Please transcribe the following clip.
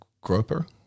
Groper